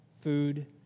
food